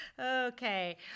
Okay